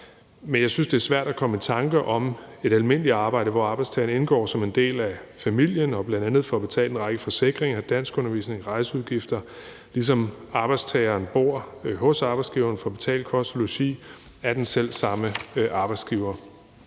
men jeg synes, det er svært at komme i tanke om et almindeligt arbejde, hvor arbejdstageren indgår som en del af familien og bl.a. får betalt en række forsikringer, danskundervisning og rejseudgifter, ligesom arbejdstageren bor hos arbejdsgiveren og får betalt kost og logi af selv samme arbejdsgiver.